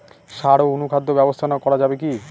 সাড় ও অনুখাদ্য ব্যবস্থাপনা করা যাবে কি?